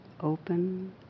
open